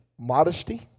Modesty